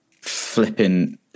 flipping